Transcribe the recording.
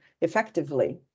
effectively